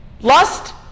lust